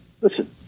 Listen